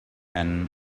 and